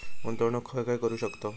गुंतवणूक खय खय करू शकतव?